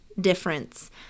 difference